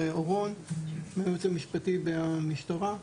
הייעוץ המשפטי, משטרת ישראל.